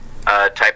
type